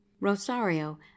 rosario